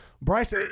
Bryce